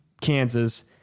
Kansas